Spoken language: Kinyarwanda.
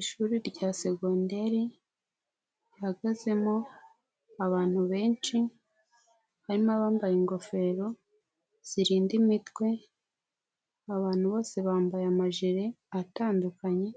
Ishuri rya segondeire rihagazemo abantu benshi barimo abambaye ingofero zirinda imitwe abantu bose bambaye amajire atandukanye